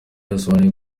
yasobanuye